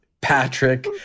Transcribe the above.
Patrick